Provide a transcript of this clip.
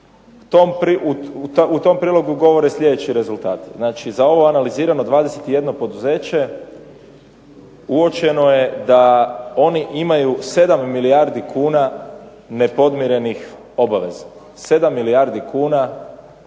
U tom prilogu govore sljedeći rezultati. Znači za ovo je analizirano 21 poduzeće. Uočeno je da oni imaju 7 milijardi kuna nepodmirenih obaveza. 7 milijardi kuna